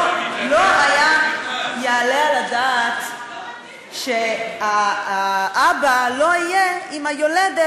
לא יעלה על הדעת שהאבא לא יהיה עם היולדת,